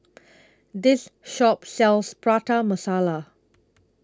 This Shop sells Prata Masala